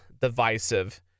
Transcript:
divisive